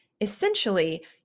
essentially